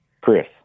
Chris